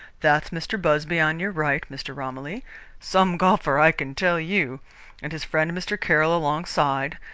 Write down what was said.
that's mr. busby on your right, mr. romilly some golfer, i can tell you and his friend mr. caroll alongside.